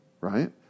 right